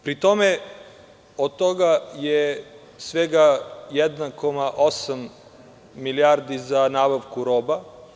Pri tome, od toga je svega 1,8 milijardi za nabavku roba.